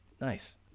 Nice